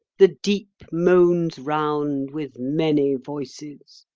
the deep moans round with many voices